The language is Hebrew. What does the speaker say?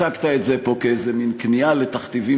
הצגת את זה פה כאיזה מין כניעה לתכתיבים